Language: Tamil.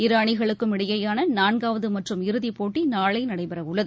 இரு அணிகளுக்கும் இடையேயான நான்காவது மற்றும் இறுதிப்போட்டி நாளை நடைபெறவுள்ளது